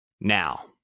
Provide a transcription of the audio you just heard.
Now